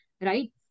right